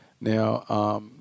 Now